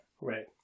Right